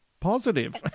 positive